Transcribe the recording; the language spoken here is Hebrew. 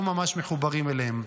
לא ממש מחוברים אליהם.